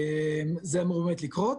זה אמור באמת לקרות.